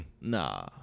Nah